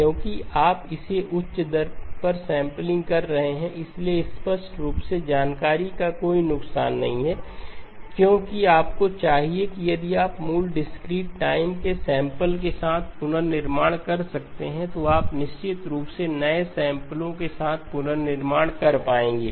क्योंकि आप इसे उच्च दर पर सैंपलिंग कर रहे हैं इसलिए स्पष्ट रूप से जानकारी का कोई नुकसान नहीं है क्योंकि आपको चाहिए कि यदि आप मूल डिस्क्रीट टाइम के सैंपल के साथ पुनर्निर्माण कर सकते हैं तो आप निश्चित रूप से नए सैंपलो के साथ पुनर्निर्माण कर पाएंगे